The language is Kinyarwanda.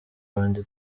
wanjye